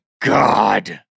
god